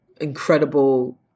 incredible